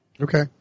Okay